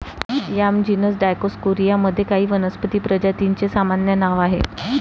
yam genus Dioscorea मध्ये काही वनस्पती प्रजातींचे सामान्य नाव आहे